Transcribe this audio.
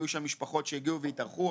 היו שם משפחות שהגיעו והתארחו.